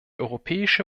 europäische